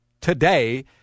today